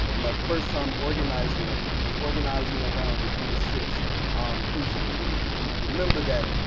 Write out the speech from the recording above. my first time organizing was organizing around the gina six um incident. and if you remember that,